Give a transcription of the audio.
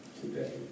today